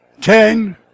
ten